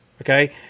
Okay